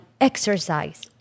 exercise